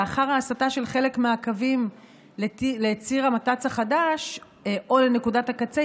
לאחר ההסטה של חלק מהקווים לציר המת"צ החדש או לנקודת הקצה,